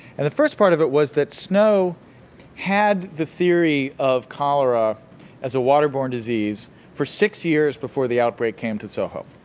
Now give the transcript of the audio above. and the first part of it was that snow had the theory of cholera as a water-borne disease for six years before the outbreak came to soho.